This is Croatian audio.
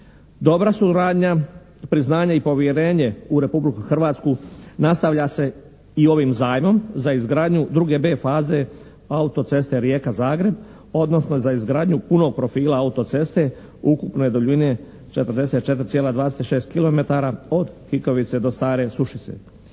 Dobra suradnja, priznanje i povjerenje u Republiku Hrvatsku nastavlja se i ovim zajmom za izgradnju II B faze autoceste Rijeka-Zagreb, odnosno za izgradnju punog profila autoceste ukupne duljine 44,26 kilometara od Hikovice do Stare Sušice.